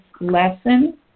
lesson